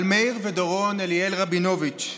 על מאיר ודורון אליאל-רבינוביץ'.